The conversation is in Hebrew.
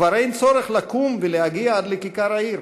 כבר אין צורך לקום ולהגיע עד לכיכר העיר,